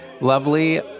lovely